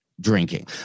drinking